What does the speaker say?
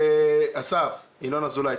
אסף זה ינון אזולאי,